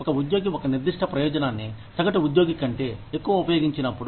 ఒక ఉద్యోగి ఒక నిర్దిష్ట ప్రయోజనాన్ని సగటు ఉద్యోగి కంటే ఎక్కువ ఉపయోగించినప్పుడు